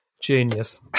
genius